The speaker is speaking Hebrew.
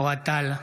אוהד טל,